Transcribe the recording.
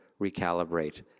recalibrate